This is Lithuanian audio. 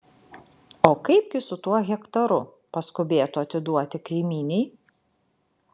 o kaipgi su tuo hektaru paskubėtu atiduoti kaimynei